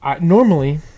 Normally